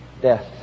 death